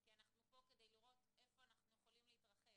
כי אנחנו פה כדי לראות איפה אנחנו יכולים להתרחב,